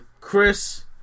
Chris